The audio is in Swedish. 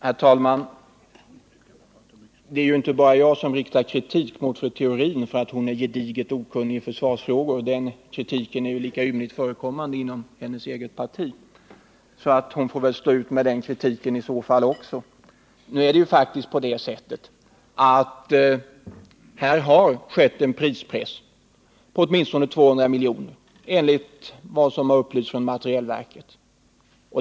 Herr talman! Det är ju inte bara jag som riktar kritik mot fru Theorin för att hon är gediget okunnig i försvarsfrågor, utan den kritiken är lika ymnigt förekommande inom hennes eget parti. Hon får väl i så fall också stå ut med den kritiken. Nu har det faktiskt skett en prispress på åtminstone 200 milj.kr., enligt vad som har upplysts från materielverket.